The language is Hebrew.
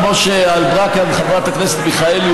כמו שאמרה כאן חברת הכנסת מיכאלי,